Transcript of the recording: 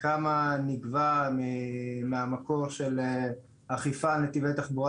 כמה נגבה מהמקור של אכיפה על נתיבי תחבורה